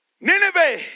Nineveh